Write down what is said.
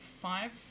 five